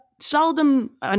seldom